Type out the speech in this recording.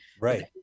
right